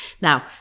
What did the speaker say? Now